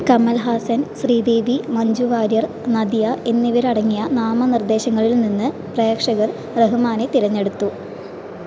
കമൽഹാസൻ ശ്രീദേവി മഞ്ജു വാര്യർ നദിയ എന്നിവരടങ്ങിയ നാമനിർദ്ദേശങ്ങളിൽ നിന്ന് പ്രേക്ഷകർ റഹ്മാനെ തിരഞ്ഞെടുത്തു